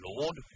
Lord